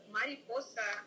Mariposa